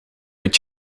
uit